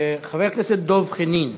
חבר הכנסת דב חנין,